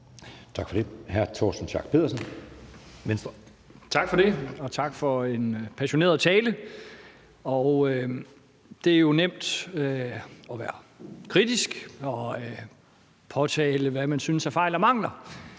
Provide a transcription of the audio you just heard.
Venstre. Kl. 11:40 Torsten Schack Pedersen (V): Tak for det, og tak for en passioneret tale. Det er jo nemt at være kritisk og påtale, hvad man synes er fejl og mangler.